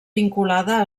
vinculada